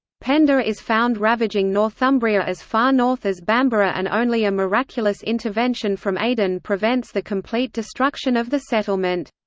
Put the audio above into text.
penda is found ravaging northumbria as far north as bamburgh and only a miraculous intervention from aidan prevents the complete destruction of the settlement.